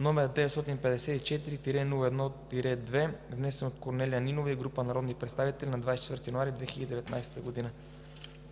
№ 954-01-2, внесен от Корнелия Нинова и група народни представители на 24 януари 2019 г.“